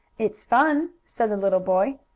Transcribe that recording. it's fun, said the little boy.